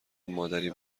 مادری